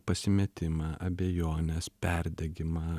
pasimetimą abejones perdegimą